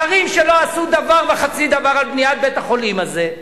שרים שלא עשו דבר וחצי דבר לבניית בית-החולים הזה,